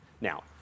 Now